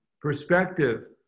perspective